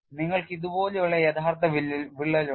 നിങ്ങൾക്ക് ഇതുപോലുള്ള യഥാർത്ഥ വിള്ളൽ ഉണ്ട്